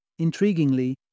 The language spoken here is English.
Intriguingly